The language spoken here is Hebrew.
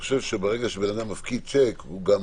שברגע שבן אדם מפקיד שיק הוא גם